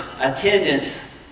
Attendance